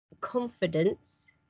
confidence